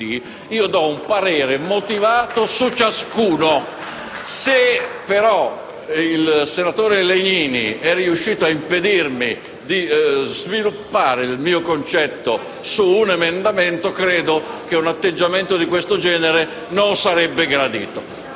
dai Gruppi* *PdL e PD).* Se però il senatore Legnini è riuscito a impedirmi di sviluppare il mio ragionamento su un emendamento, credo che un atteggiamento di questo genere non sarebbe gradito.